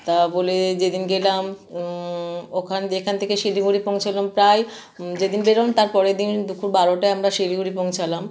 তা বোলে যেদিন গেলাম ওখান যেখান থেকে শিলিগুড়ি পৌঁছলাম প্রায় যেদিন বেরলাম তার পরের দিন দুপুর বারোটায় আমরা শিলিগুড়ি পৌঁছালাম